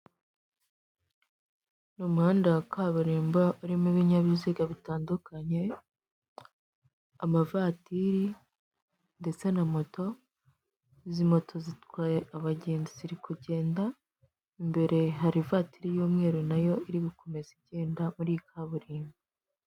Ni umuhanda wa kabarimbo urimo ibinyabiziga bitandukanye, amavatiri ndetse na moto, izi moto zitwaye abagenzi ziri kugenda, imbere hari ivatiri y'umweru nayo iri gukomeza igenda muri kaburimbo.